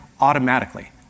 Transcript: automatically